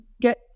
get